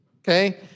Okay